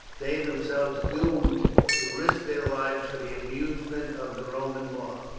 they themselves doomed to risk their lives for the amusement of the roman mob.